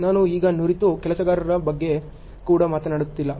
ನಾನು ಈಗ ನುರಿತ ಕೆಲಸಗಾರರ ಬಗ್ಗೆ ಕೂಡ ಮಾತನಾಡುತ್ತಿಲ್ಲ